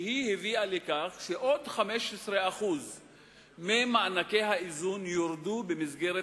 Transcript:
כשהיא הביאה לכך שעוד 15% ממענקי האיזון יורדו במסגרת